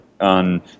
on